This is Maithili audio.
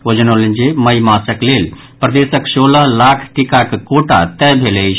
ओ जनौलनि जे मई मासक लेल प्रदेशक सोलह लाख टीकाक कोटा तय भेल अछि